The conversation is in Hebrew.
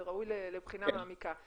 זה ראוי לבחינה מעמיקה,